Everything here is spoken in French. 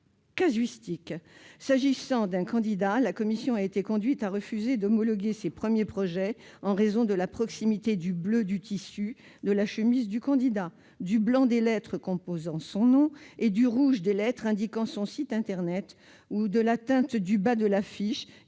casuistique :« S'agissant d'un candidat, la commission a été conduite à refuser d'homologuer ses premiers projets en raison de la proximité du bleu du tissu de la chemise du candidat, du blanc des lettres composant son nom et du rouge des lettres indiquant son site internet ou de la teinte du bas de l'affiche